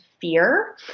fear